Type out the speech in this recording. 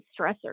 stressors